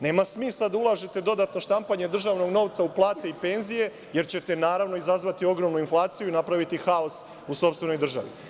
Nema smisla da ulažete dodatno štampanje državnog novca u plate i penzije jer ćete, naravno, izazvati ogromnu inflaciju i napraviti haos u sopstvenoj državi.